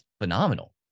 phenomenal